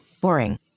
Boring